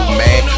man